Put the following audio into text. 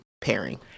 pairing